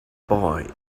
boy